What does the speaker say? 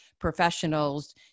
professionals